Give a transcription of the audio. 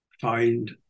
find